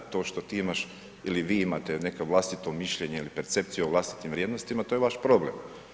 To što ti imaš ili vi imate neko vlastito mišljenje ili percepciju o vlastitim vrijednostima, to je vaš problem.